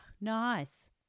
Nice